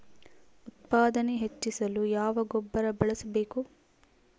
ಉತ್ಪಾದನೆ ಹೆಚ್ಚಿಸಲು ಯಾವ ಗೊಬ್ಬರ ಬಳಸಬೇಕು?